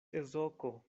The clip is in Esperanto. ezoko